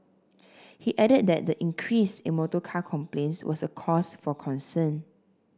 he added that the increase in motorcar complaints was a cause for concern